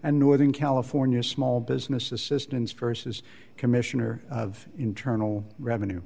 and northern california small business assistance versus commissioner of internal revenue